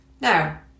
Now